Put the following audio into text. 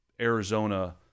Arizona